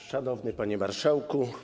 Szanowny Panie Marszałku!